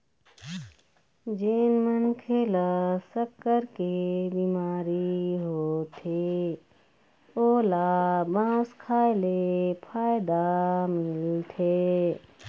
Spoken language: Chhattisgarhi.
जेन मनखे ल सक्कर के बिमारी होथे ओला बांस खाए ले फायदा मिलथे